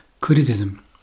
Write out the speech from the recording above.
criticism